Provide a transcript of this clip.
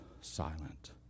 silent